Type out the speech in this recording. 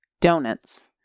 donuts